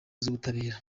z’ubutabera